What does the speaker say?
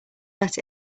let